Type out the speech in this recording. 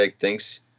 thanks